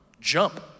jump